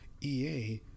EA